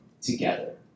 together